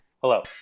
Hello